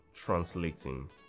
translating